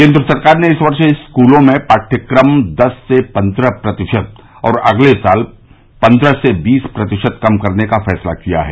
केन्द्र सरकार ने इस वर्ष स्कूलों में पाठ्यक्रम दस से पन्द्रह प्रतिशत और अगले साल पन्द्रह से बीस प्रतिशत कम करने का फैसला किया है